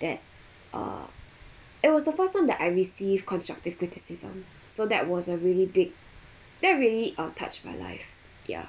that uh it was the first time that I receive constructive criticism so that was a really big that really uh touched my life ya